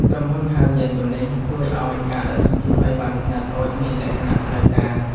ក្រុមហ៊ុនហៅយានជំនិះ ជួយឱ្យការដឹកជញ្ជូនឥវ៉ាន់ខ្នាតតូចមានលក្ខណៈផ្លូវការ។